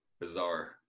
Bizarre